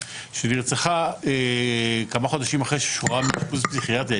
שנרצחה כמה חודשים אחרי ששוחררה מאשפוז פסיכיאטרי,